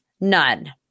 None